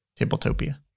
Tabletopia